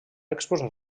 exposar